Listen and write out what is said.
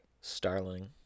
Starling